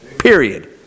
Period